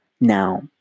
Now